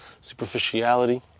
superficiality